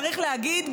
צריך להגיד,